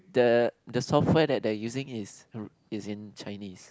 the the software that they are using is is in Chinese